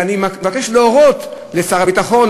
אלא אני מבקש להורות לשר הביטחון,